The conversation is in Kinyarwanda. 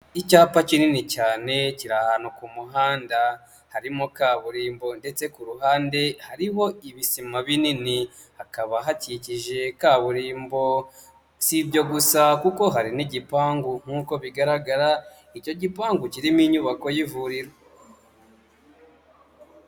Icyapa kinini cyane kiri ahantu ku muhanda, harimo kaburimbo ndetse ku ruhande hariho ibisima binini, hakaba hakikije kaburimbo, si ibyo gusa kuko hari n'igipangu nkuko bigaragara, icyo gipangu kirimo inyubako y'ivuriro.